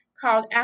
called